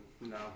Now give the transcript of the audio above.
No